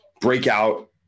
breakout